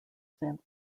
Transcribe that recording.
san